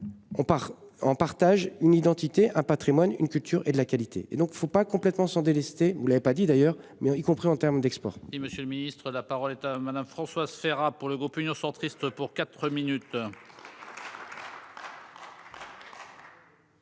en partage une identité un Patrimoine une culture et de la qualité et donc il ne faut pas complètement s'en délester, vous l'avez pas dit d'ailleurs mais y compris en terme d'export. Oui, Monsieur le Ministre, la parole est à madame Françoise Ferrat pour le groupe Union centriste pour 4 minutes.